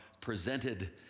presented